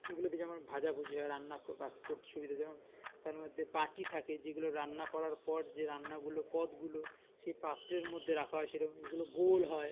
এগুলোতে যেমন ভাজা ভুজি হয় রান্না কো কাজ করতে সুবিধা হয় যেমন তার মধ্যে বাটি থাকে যেগুলো রান্না করার পর যে রান্নাগুলো পদগুলো সেই পাত্রের মধ্যে রাখা হয় সেটাগুলো গোল হয়